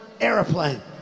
airplane